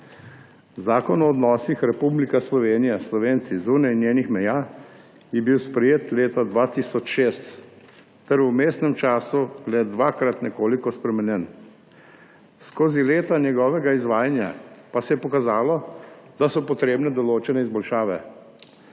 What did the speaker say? Zakon o odnosih Republike Slovenije s Slovenci zunaj njenih meja je bil sprejet leta 2006 ter v vmesnem času le dvakrat nekoliko spremenjen. Skozi leta njegovega izvajanja pa se je pokazalo, da so potrebne določene izboljšave.